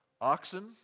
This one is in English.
Oxen